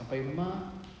sampai rumah